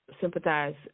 sympathize